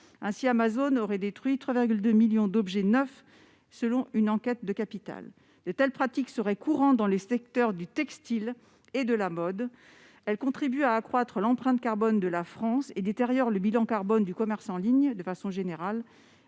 Ainsi, Amazon aurait détruit 3,2 millions d'objets neufs selon une enquête du magazine. De telles pratiques seraient courantes dans le secteur du textile et de la mode. Elles contribuent à accroître l'empreinte carbone de la France et détériorent le bilan carbone du commerce en ligne, raison pour